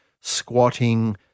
squatting